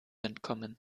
entkommen